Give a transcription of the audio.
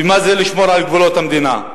ומה זה לשמור על גבולות המדינה.